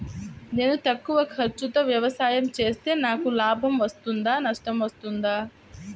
నేను తక్కువ ఖర్చుతో వ్యవసాయం చేస్తే నాకు లాభం వస్తుందా నష్టం వస్తుందా?